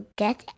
get